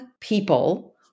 people